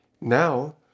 Now